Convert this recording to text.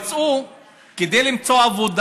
כדי למצוא עבודה,